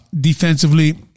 Defensively